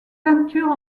peintures